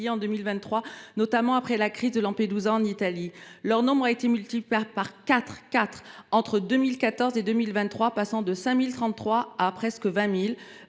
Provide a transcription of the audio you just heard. en 2023, notamment après la crise de Lampedusa en Italie. Leur nombre a été multiplié par quatre entre 2014 et 2023, passant de 5 033 à 19 370